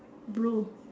blue